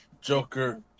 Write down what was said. Joker